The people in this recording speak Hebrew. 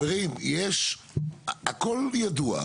חברים, הכול ידוע.